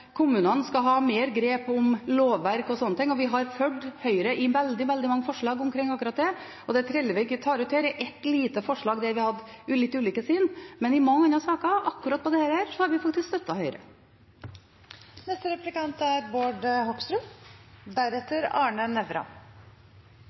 kommunene skal ha mer grep om lovverk og slike ting, og vi har fulgt Høyre i veldig mange forslag om akkurat det. Det Trellevik tar fram her, er ett lite forslag der vi hadde litt ulikt syn, men i mange andre saker når det gjelder akkurat dette, har vi faktisk støttet Høyre. Én ting er